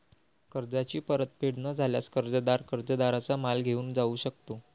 कर्जाची परतफेड न झाल्यास, कर्जदार कर्जदाराचा माल घेऊन जाऊ शकतो